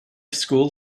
school